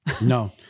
No